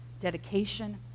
dedication